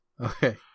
Okay